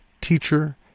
teacher